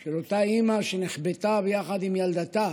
של אותה אימא שנחבטה יחד עם ילדתה